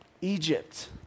Egypt